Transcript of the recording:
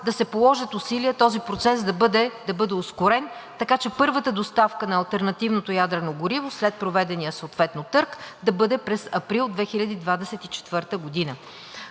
да се положат усилия този процес да бъде ускорен, така че първата доставка на алтернативното ядрено гориво след проведения съответно търг да бъде през април 2024 г.